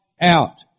out